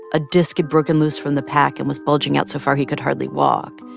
a disc had broken loose from the pack and was bulging out so far he could hardly walk.